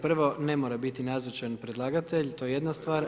Prvo ne mora biti nazočan predlagatelj, to je jedna stvar.